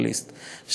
60%,